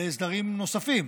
והסדרים נוספים,